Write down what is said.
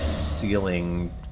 ceiling